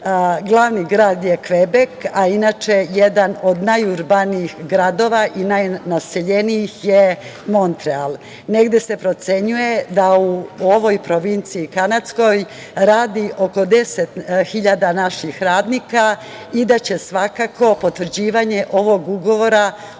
Glavni grad je Kvebek, a inače jedan od najurbanijih gradova i najnaseljenijih je Montreal. Negde se procenjuje da u ovoj provinciji kanadskoj radi oko deset hiljada naših radnika i da će svakako potvrđivanje ovog ugovora o